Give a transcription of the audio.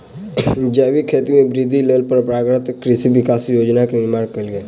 जैविक खेती में वृद्धिक लेल परंपरागत कृषि विकास योजना के निर्माण कयल गेल